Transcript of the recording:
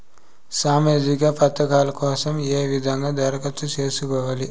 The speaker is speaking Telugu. సామాజిక పథకాల కోసం ఏ విధంగా దరఖాస్తు సేసుకోవాలి